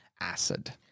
acid